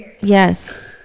Yes